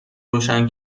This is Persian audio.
روشن